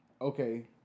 okay